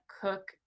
cook